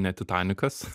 ne titanikas